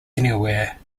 anywhere